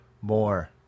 more